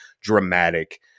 dramatic